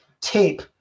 tape